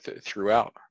throughout